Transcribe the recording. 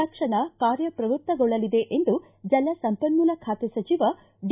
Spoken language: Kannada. ತಕ್ಷಣ ಕಾರ್ಯಶ್ರವೃತ್ತಗೊಳ್ಳಲಿದೆ ಎಂದು ಜಲ ಸಂಪನ್ನೂಲ ಖಾತೆ ಸಚಿವ ಡಿ